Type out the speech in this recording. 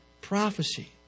prophecy